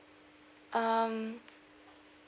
um